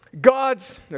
God's